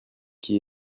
qui